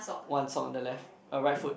one's on the left uh right foot